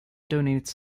donates